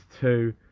two